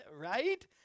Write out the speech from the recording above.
Right